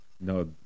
No